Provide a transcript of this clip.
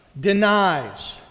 denies